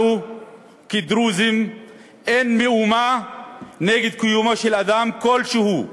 לנו כדרוזים אין מאומה נגד קיומו של אדם כלשהו,